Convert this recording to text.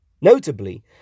Notably